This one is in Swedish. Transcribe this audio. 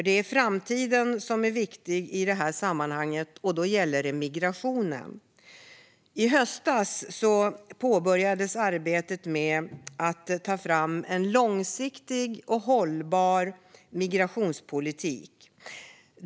Det är framtiden som är viktig i detta sammanhang, och då gäller det migrationen. I höstas påbörjades arbetet med att ta fram en långsiktig och hållbar migrationspolitik.